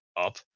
Up